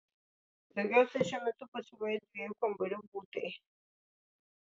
daugiausiai šiuo metu pasiūloje dviejų kambarių butai